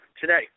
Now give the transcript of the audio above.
today